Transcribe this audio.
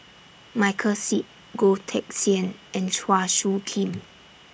Michael Seet Goh Teck Sian and Chua Soo Khim